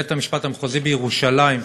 בית-המשפט המחוזי בירושלים,